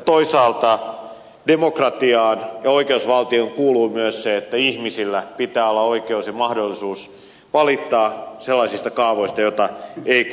toisaalta demokratiaan ja oikeusvaltioon kuuluu myös se että ihmisillä pitää olla oikeus ja mahdollisuus valittaa sellaisista kaavoista joita ei